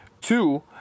Two